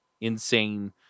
insane